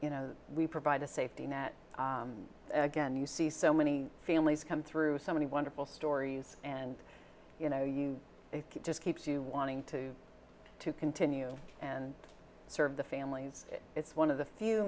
you know we provide a safety net and again you see so many families come through so many wonderful stories and you know you just keeps you wanting to to continue and serve the families it's one of the few